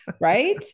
right